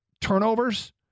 turnovers